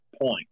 point